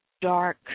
dark